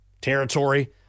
territory